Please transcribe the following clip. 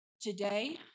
Today